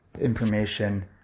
information